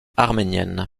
arménienne